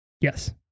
Yes